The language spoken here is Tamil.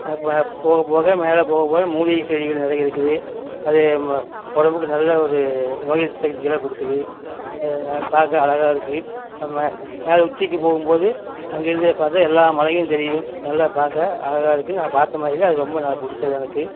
அப்போ போக போக மேலே போகப் போக மூலிகை செடிகள் நிறைய இருக்குது அது உடம்புக்கு நல்ல ஒரு நோய் எதிர்ப்பு சக்திகளை கொடுக்குது பார்க்க அழகாக இருக்கு மே மேலே உச்சிக்கு போகும் போது அங்கேருந்த பார்த்தா எல்லா மலைகளும் தெரியும் நல்லா பார்க்க அழகாக இருக்குது நான் பார்த்த மலைகளில் அது ரொம்ப நல்லா பிடிச்சது எனக்கு